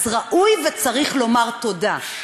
אז ראוי וצריך לומר תודה.